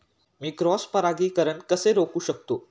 मी cross परागीकरण कसे रोखू शकतो?